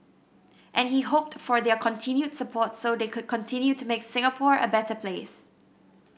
and he hoped for their continued support so they could continue to make Singapore a better place